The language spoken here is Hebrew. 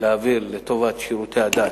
לטובת שירותי הדת,